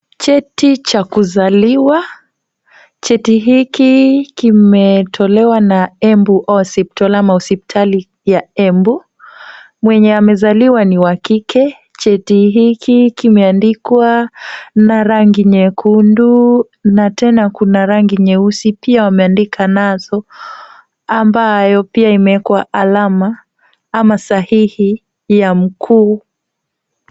Cheti cha kuzaliwa, cheti hiki kimetolewa na Embu hospital ama hosipitali ya Embu. Mwenye amezaliwa ni wa kike, cheti hiki kimeandikwa na rangi nyekundu na tena kuna rangi nyeusi pia wameandika nazo ambayo pia imewekwa alama ama sahihi ya mkuu.